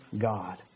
God